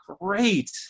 great